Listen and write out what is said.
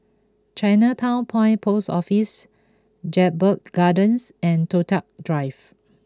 Chinatown Point Post Office Jedburgh Gardens and Toh Tuck Drive